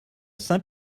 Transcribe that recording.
saint